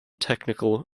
technical